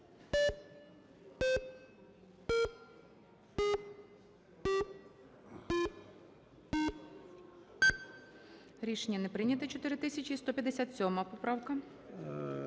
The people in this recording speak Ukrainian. Рішення не прийнято. 4157 поправка.